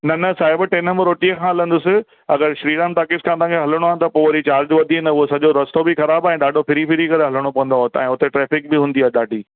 न न साहिब टे नंबर ओटीअ खां हलंदुसि अगरि श्री राम टाकीज़ खां तव्हां खे हलणो आहे त पोइ वरी चार्ज वधी वेंदो उहा सॼो रस्तो बि ख़राबु आहे ऐं ॾाढो फिरी फिरी करे हलणो पवंदो आहे तव्हांजे हुते ट्रेफिक बि हूंदी आहे ॾाढी